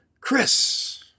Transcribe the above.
Chris